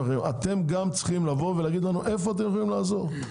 אתם צריכים לבוא ולהגיד לנו איפה אתם יכולים לעזור,